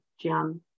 Jim